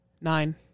Nine